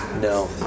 no